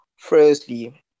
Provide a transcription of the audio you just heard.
Firstly